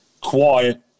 quiet